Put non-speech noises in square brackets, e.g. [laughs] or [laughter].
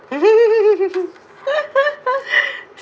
[laughs]